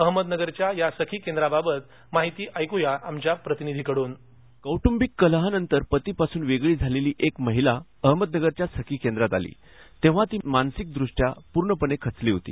अहमदनगरच्या या सखी केंद्राबाबत माहिती ऐकुया आमच्या प्रतिनिधीकडून स्क्रिप्ट कौट्रंबिक कलहानंतर पतीपासून वेगळी झालेली एक महिला अहमदनगरच्या सखी केंद्रात आली तेव्हा ती मानसिकदृष्ट्या पूर्णपणे खचली होती